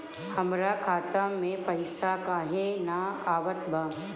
हमरा खाता में पइसा काहे ना आवत बा?